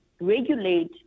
regulate